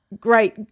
great